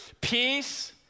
peace